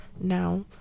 now